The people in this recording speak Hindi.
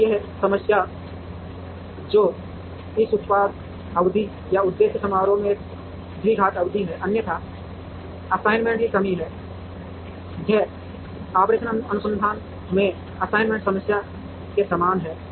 अब यह समस्या जो इस उत्पाद अवधि या उद्देश्य समारोह में एक द्विघात अवधि है और अन्यथा असाइनमेंट की कमी है यह ऑपरेशन अनुसंधान में असाइनमेंट समस्या के समान है